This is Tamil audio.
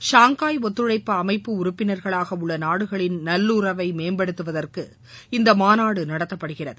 ஷாங்காய் ஒத்துழைப்பு அமைப்பு உறுப்பினா்களாக உள்ள நாடுகளின் நல்லுறவை மேம்படுத்துவதற்கு இந்தமாநாடு நடத்தப்படுகிறது